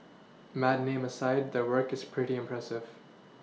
mad name aside their work is pretty impressive